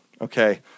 okay